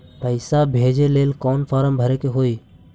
पैसा भेजे लेल कौन फार्म भरे के होई?